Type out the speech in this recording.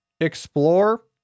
explore